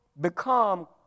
become